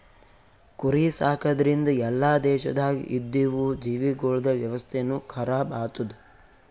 ಕುರಿ ಸಾಕದ್ರಿಂದ್ ಎಲ್ಲಾ ದೇಶದಾಗ್ ಇದ್ದಿವು ಜೀವಿಗೊಳ್ದ ವ್ಯವಸ್ಥೆನು ಖರಾಬ್ ಆತ್ತುದ್